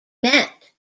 meant